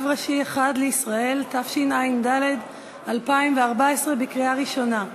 (רב ראשי אחד לישראל), התשע"ד 2014, קריאה ראשונה.